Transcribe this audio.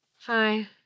Hi